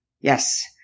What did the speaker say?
Yes